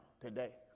today